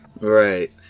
Right